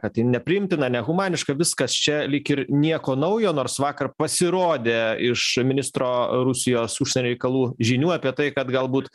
kad tai nepriimtina nehumaniška viskas čia lyg ir nieko naujo nors vakar pasirodė iš ministro rusijos užsienio reikalų žinių apie tai kad galbūt